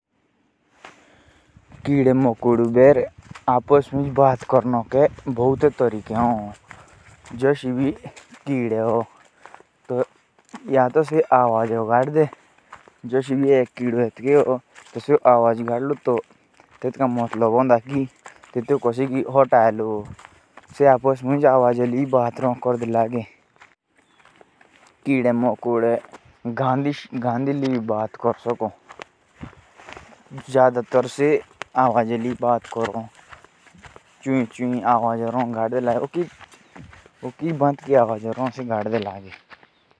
जो किडे मकोडे होते ह। वो भी अलग अलग से आवाजे निकालते रहते ह। जब वो अपने साथी को बुलाते रहते ह। तो वो आवाजे करते रहते ह।